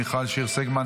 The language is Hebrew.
מיכל שיר סגמן,